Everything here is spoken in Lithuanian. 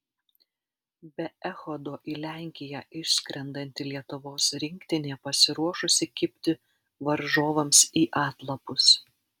be echodo į lenkiją išskrendanti lietuvos rinktinė pasiruošusi kibti varžovams į atlapus